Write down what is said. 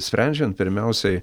sprendžiant pirmiausiai